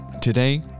Today